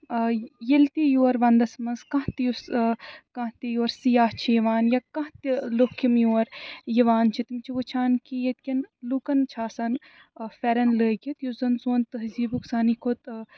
آ ییٚلہِ تہِ یور ونٛدَس منٛز کانٛہہ تہِ یُس کانٛہہ تہِ یور سِیاح چھِ یِوان یا کانٛہہ تہِ لُکھ یِم یور یِوان چھِ تِم چھِ وٕچھان کہِ ییٚتہِ کٮ۪ن لُکَن چھِ آسان پھٮ۪رَن لٲگِتھ یُس زَن سون تٔہذیٖبُک سانی کھۄتہٕ